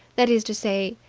that is to say,